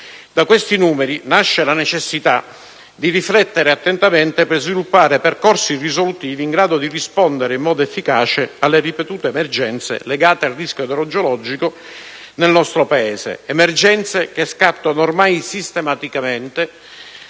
Da questi numeri nasce la necessità di riflettere attentamente per sviluppare percorsi risolutivi in grado di rispondere in modo efficace alle ripetute emergenze collegate al rischio idrogeologico nel nostro Paese, emergenze che scattano ormai sistematicamente